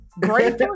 great